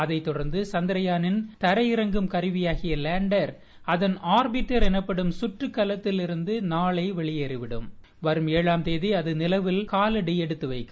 அதைக் கொடர்ந்து சந்திரயாவின் தரையிறங்கும் கருவியான லேண்டர் அதன் ஆர்பிட் எனப்படும் கற்றுக்கலத்திவிருந்து நாளை வெளியேறுகிறது வரும் ஏழாம் தேதி அது நிலவில் காவடி எடுத்து வைக்கும்